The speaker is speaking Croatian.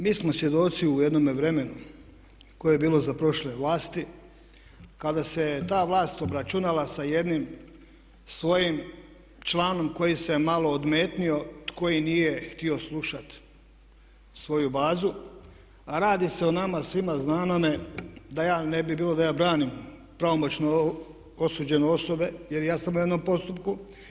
Mi smo svjedoci u jednome vremenu koje je bilo za prošle vlasti kada se ta vlast obračunala sa jednim svojim članom koji se je malo odmetnuo, koji nije htio slušati svoju bazu, a radi se o nama svima znanome da ne bi bilo da ja branim pravomoćno osuđene osobe jer ja sam u jednom postupku.